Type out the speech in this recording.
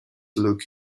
look